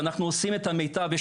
אנחנו עושים את המיטב.